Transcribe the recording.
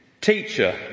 Teacher